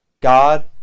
God